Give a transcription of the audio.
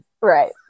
right